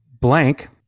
Blank